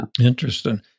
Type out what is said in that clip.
Interesting